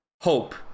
hope